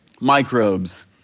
microbes